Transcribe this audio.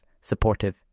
supportive